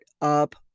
up